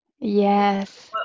yes